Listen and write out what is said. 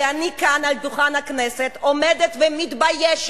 אני כאן על דוכן הכנסת, עומדת ומתביישת